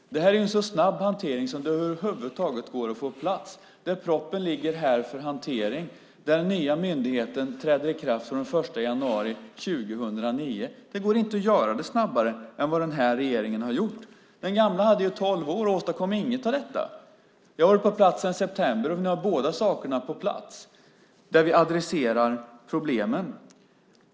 Det här är en så snabb hantering som över huvud taget går att få på plats; propositionen finns här för hantering, och den nya myndigheten träder i funktion den 1 januari 2009. Det går inte att göra det snabbare än vad regeringen har gjort! Den gamla regeringen hade tolv år på sig och åstadkom inget av detta. Jag har varit på den här positionen sedan i september, och nu är båda sakerna på plats där vi adresserar problemen.